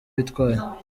bitwaye